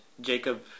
Jacob